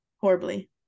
horribly